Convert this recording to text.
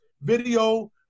video